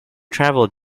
travel